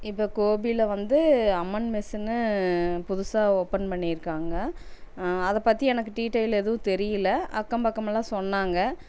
இப்போ கோபியில் வந்து அம்மன் மெஸ்ஸுன்னு புதுசாக ஓப்பன் பண்ணியிருக்காங்க அதைப் பற்றி எனக்கு டீட்டெயில் எதுவும் தெரியிலை அக்கம் பக்கமெல்லாம் சொன்னாங்க